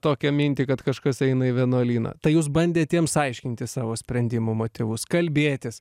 tokią mintį kad kažkas eina į vienuolyną tai jūs bandėt jiems aiškinti savo sprendimo motyvus kalbėtis